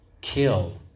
kill